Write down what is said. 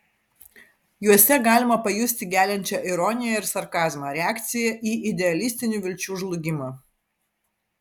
juose galima pajusti geliančią ironiją ir sarkazmą reakciją į idealistinių vilčių žlugimą